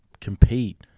compete